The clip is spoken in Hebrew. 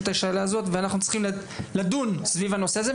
את השאלה הזאת ואנחנו צריכים לדון סביב הנושא הזה.